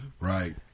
right